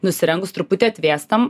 nusirengus truputį atvėstam